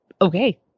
okay